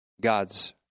God's